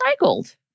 recycled